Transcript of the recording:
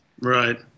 right